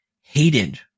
hated